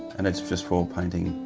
and it's just for painting?